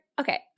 okay